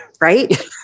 right